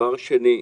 דבר שני,